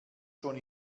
schon